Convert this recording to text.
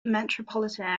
metropolitan